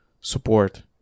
support